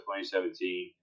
2017